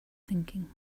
thinking